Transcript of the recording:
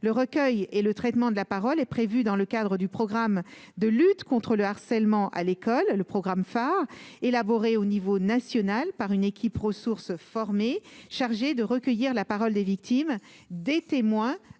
le recueil et le traitement de la parole est prévue dans le cadre du programme de lutte contre le harcèlement à l'école et le programme phare élaboré au niveau national par une équipe ressources formé chargée de recueillir la parole des victimes des témoins